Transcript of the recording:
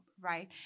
right